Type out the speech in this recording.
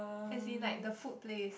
as in like the food place